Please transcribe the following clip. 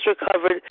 recovered